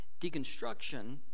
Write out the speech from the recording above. Deconstruction